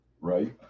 Right